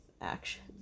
actions